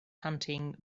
hunting